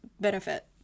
benefit